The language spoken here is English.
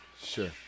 Sure